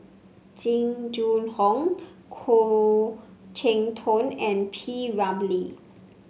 Jing Jun Hong Khoo Cheng Tiong and P Ramlee